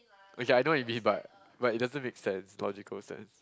okay I know what you mean but but it doesn't make sense logical sense